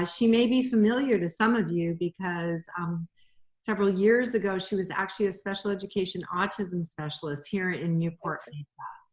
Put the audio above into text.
ah she may be familiar to some of you because several years ago, she was actually a special education autism specialist here in newport and mesa.